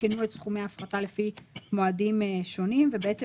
עדכנו את סכומי ההפחתה לפי מועדים שונים ובעצם